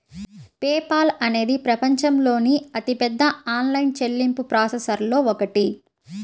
pay Paul అనేది ప్రపంచంలోని అతిపెద్ద ఆన్లైన్ చెల్లింపు ప్రాసెసర్లలో ఒకటి